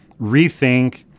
rethink